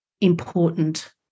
important